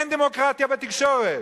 אין דמוקרטיה בתקשורת.